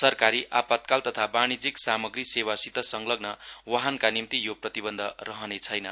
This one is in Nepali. सरकारी आपातकाल तथा वाणीज्यिक सामग्री सेवासित संलग्न वाहनका निम्ति यो प्रतिबन्ध रहने छैन